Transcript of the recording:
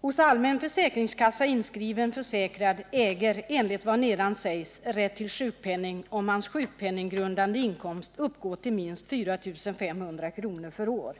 ”Hos allmän försäkringskassa inskriven försäkrad äger enligt vad nedan sägs rätt till sjukpenning, om hans sjukpenninggrundande inkomst uppgår till minst fyratusenfemhundra kronor.”